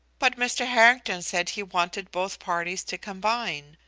but mr. harrington said he wanted both parties to combine.